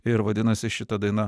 ir vadinasi šita daina